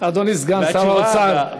אדוני סגן שר האוצר,